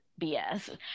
BS